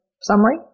summary